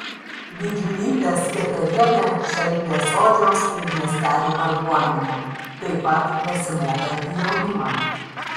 didžiulytė sketerienė šelpė sodžiaus ir miestelių varguomenę taip pat besimokantį jaunimą